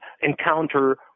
encounter